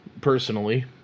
personally